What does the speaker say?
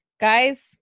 Guys